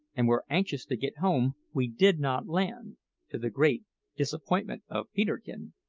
and were anxious to get home, we did not land to the great disappointment of peterkin,